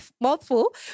mouthful